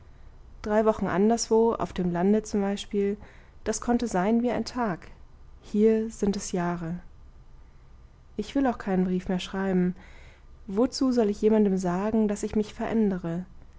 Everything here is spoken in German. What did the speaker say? drei wochen anderswo auf dem lande zum beispiel das konnte sein wie ein tag hier sind es jahre ich will auch keinen brief mehr schreiben wozu soll ich jemandem sagen daß ich mich verändere